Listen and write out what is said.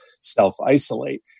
self-isolate